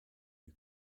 you